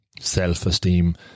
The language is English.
self-esteem